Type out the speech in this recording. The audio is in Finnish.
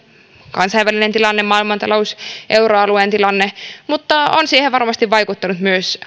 kansainvälinen tilanne maailmantalous euroalueen tilanne mutta on siihen varmasti vaikuttanut